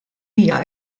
hija